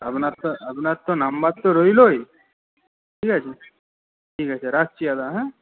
আপনার তো আপনার তো নম্বর তো রইলোই ঠিক আছে ঠিক আছে রাখছি দাদা হ্যাঁ